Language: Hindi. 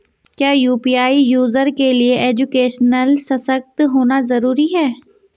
क्या यु.पी.आई यूज़र के लिए एजुकेशनल सशक्त होना जरूरी है?